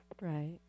right